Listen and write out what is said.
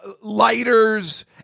lighters